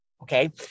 okay